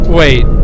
wait